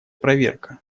проверка